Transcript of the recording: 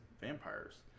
vampires